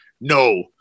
No